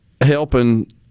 helping